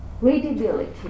readability